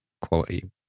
quality